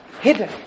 hidden